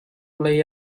lei